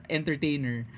entertainer